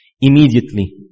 Immediately